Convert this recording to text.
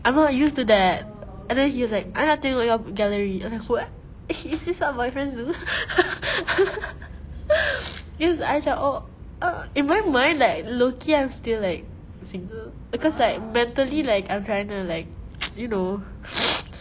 I'm not used to that and then he's like I nak tengok your gallery I was like is this what my friends do his eyes are all ugh in my mind like low key I'm still like single because like mentally like I'm trying to like you know